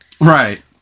Right